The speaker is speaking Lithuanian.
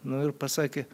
nu ir pasakė